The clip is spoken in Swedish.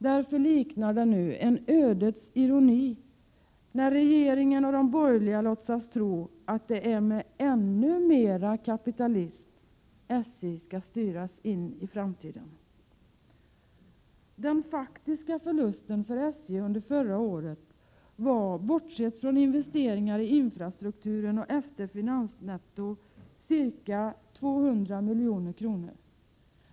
Därför liknar det nu en ödets ironi att regeringen och de borgerliga låtsas tro att det är med ännu mer kapitalism SJ skall styras in i framtiden. Den faktiska förlusten för SJ under förra året var, bortsett från investeringar i infrastruktur och efter finansnetto, ca 200 milj.kr.